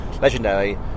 legendary